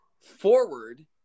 forward